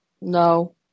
no